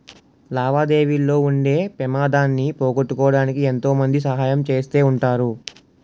లావాదేవీల్లో ఉండే పెమాదాన్ని పోగొట్టడానికి ఎంతో మంది సహాయం చేస్తా ఉంటారు